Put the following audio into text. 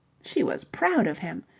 she was proud of him.